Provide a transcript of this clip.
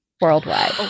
worldwide